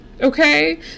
okay